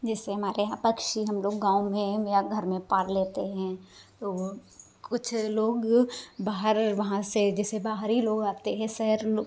जैसे हमारे यहाँ पक्षी हम लोग गाँव में या घर में पाल लेते हैं तो कुछ लोग बाहर वहाँ से जैसे बाहरी लोग आते है शहर लो